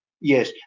yes